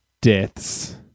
deaths